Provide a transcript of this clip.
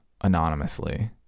anonymously